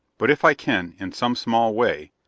but if i can, in some small way,